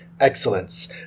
Excellence